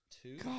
two